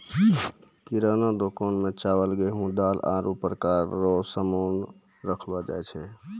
किराना दुकान मे चावल, गेहू, दाल, आरु प्रकार रो सामान राखलो जाय छै